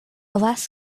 less